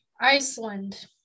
Iceland